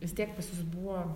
vis tiek pas jus buvo